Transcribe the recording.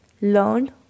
learned